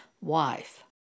wife